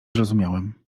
zrozumiałem